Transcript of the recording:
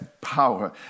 power